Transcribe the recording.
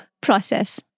process